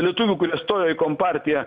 lietuvių kurie stojo į kompartiją